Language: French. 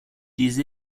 des